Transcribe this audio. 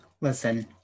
Listen